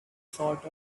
sort